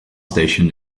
stationed